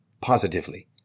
positively